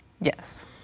Yes